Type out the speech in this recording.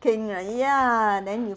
king lah ya and then you